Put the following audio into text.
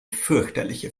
fürchterliche